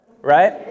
right